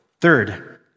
Third